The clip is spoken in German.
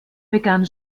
begann